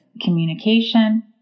communication